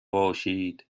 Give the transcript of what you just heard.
باشید